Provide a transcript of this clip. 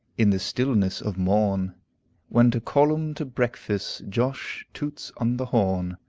in the stillness of morn when to call em to breakfast josh toots on the horn,